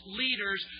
leaders